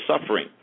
suffering